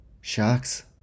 Sharks